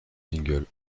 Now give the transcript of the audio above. single